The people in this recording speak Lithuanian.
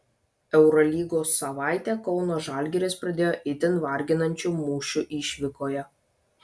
eurolygos savaitę kauno žalgiris pradėjo itin varginančiu mūšiu išvykoje